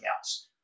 else